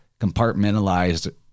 compartmentalized